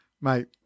mate